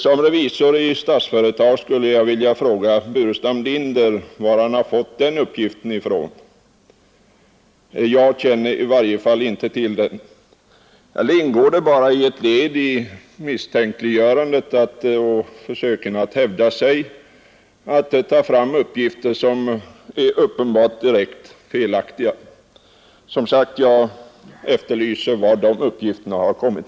Som revisor i Statsföretag skulle jag vilja fråga herr Burenstam Linder var han har fått den uppgiften ifrån. Jag känner i varje fall inte till den. Eller ingår det bara som ett led i misstänkliggörandet och försöken att hävda sig att ta fram uppgifter som uppenbart är direkt felaktiga? Jag efterlyser som sagt besked om varifrån de uppgifterna har kommit.